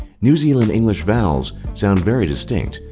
new zealand english vowels sound very distinct.